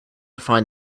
find